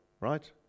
right